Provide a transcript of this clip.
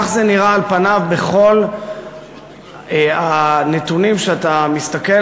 כך זה נראה על פניו בכל הנתונים כשאתה מסתכל